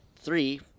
three